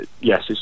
Yes